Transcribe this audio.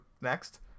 next